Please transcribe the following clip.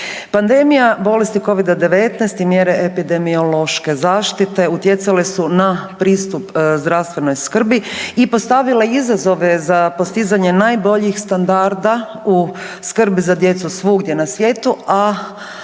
Pandemija bolesti Covida-19 i mjere epidemiološke zaštite utjecale su na pristup zdravstvenoj skrbi i postavile izazove za postizanje najboljih standarda u skrbi za djecu svugdje na svijetu.